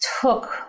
took